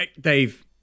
Dave